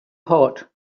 hot